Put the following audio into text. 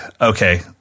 okay